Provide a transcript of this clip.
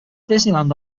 disneyland